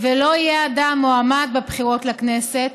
ולא יהיה אדם מועמד בבחירות לכנסת